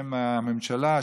בשם הממשלה,